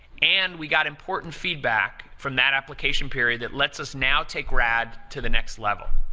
and we got important feedback from that application period that lets us now take rad to the next level.